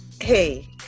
hey